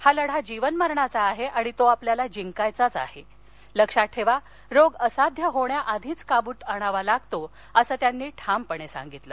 हा लढा जीवन मरणाचा आहा को आपल्याला जिंकायचाच आहा सक्षात ठक्ती रोग असाध्य होण्याआधीच कावूत आणावा लागतो असं त्यांनी ठामपणसिंगितलं